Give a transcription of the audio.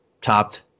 topped